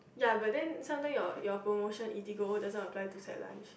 ya but then sometimes your your promotion Eatigo does not apply to set lunch